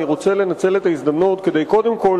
כדאי לנצל את ההזדמנות קודם כול,